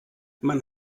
man